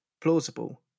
plausible